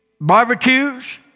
barbecues